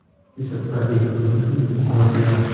इस सप्ताह एक क्विंटल गेहूँ की कीमत क्या है?